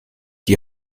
die